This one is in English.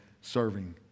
serving